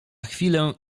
chwilę